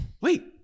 wait